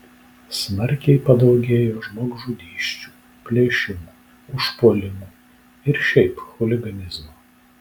smarkiai padaugėjo žmogžudysčių plėšimų užpuolimų ir šiaip chuliganizmo